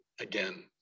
again